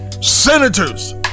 senators